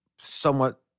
somewhat